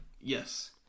Yes